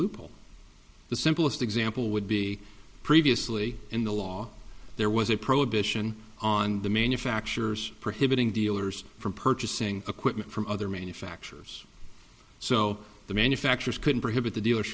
loophole the simplest example would be previously in the law there was a prohibition on the manufacturers prohibiting dealers from purchasing equipment from other manufacturers so the manufacturers couldn't prevent the dealers